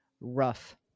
rough